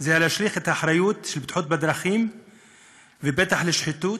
זה להשליך את האחריות לבטיחות בדרכים ופתח לשחיתות,